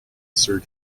sir